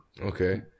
Okay